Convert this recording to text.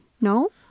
No